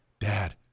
dad